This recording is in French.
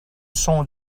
sont